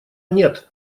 нет